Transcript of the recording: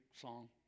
song